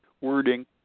wording